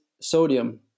sodium